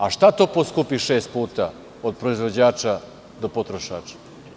A što to poskupi šest puta od proizvođača do potrošača?